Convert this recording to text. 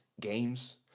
games